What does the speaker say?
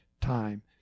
time